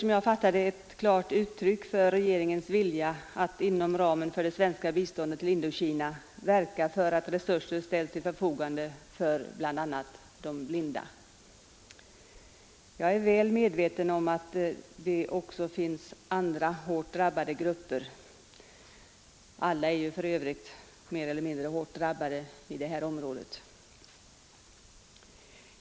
Som jag fattat det ger svaret ett klart uttryck för regeringens vilja att inom ramen för det svenska biståndet till Indokina verka för att resurser ställs till förfogande för bl.a. de blinda. Jag är väl medveten om att det också finns andra hårt drabbade grupper, alla för övrigt mer eller mindre hårt drabbade i detta område.